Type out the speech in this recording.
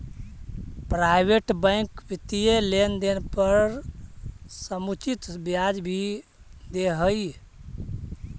private bank वित्तीय लेनदेन पर समुचित ब्याज भी दे हइ